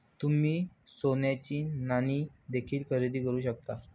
तुम्ही सोन्याची नाणी देखील खरेदी करू शकता